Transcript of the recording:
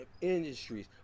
Industries